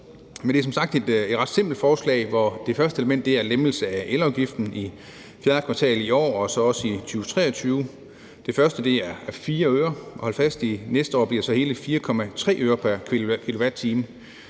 et ret simpelt forslag, hvor det første element er en lempelse af elafgiften i fjerde kvartal i år og så også i 2023. Den første er på 4 øre, og næste år – hold fast – bliver det hele 4,3 øre pr. kWh.